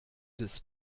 des